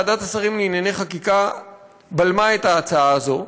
ועדת השרים לענייני חקיקה בלמה את ההצעה הזאת,